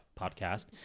podcast